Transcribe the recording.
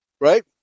right